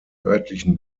örtlichen